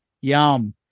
yum